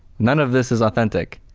none of this is authentic.